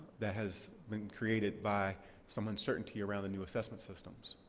that has been created by some uncertainty around the new assessment systems.